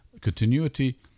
continuity